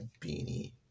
beanie